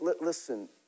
Listen